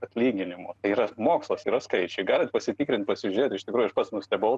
atlyginimų tai yra mokslas yra skaičiai gali pasitikrint pasižiūrėt iš tikrųjų pats nustebau